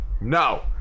no